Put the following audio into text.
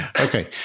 Okay